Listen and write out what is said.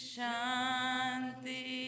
Shanti